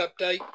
update